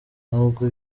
nubwo